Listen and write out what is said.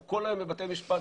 הוא כל היום בבתי משפט,